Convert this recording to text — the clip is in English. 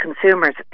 consumers